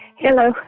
Hello